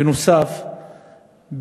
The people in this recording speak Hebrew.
בנוסף,